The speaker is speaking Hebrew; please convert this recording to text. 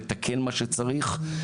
לתקן מה שצריך.